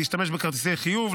להשתמש בכרטיסי חיוב,